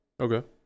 Okay